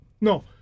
No